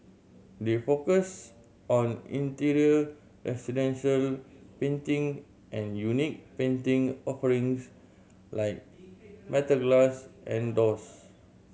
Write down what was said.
they focus on interior residential painting and unique painting offerings like metal glass and doors